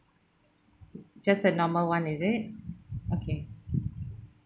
just a normal one is it okay